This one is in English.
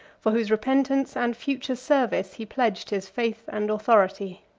for whose repentance and future service he pledged his faith and authority.